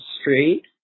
Street